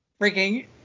freaking